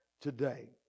today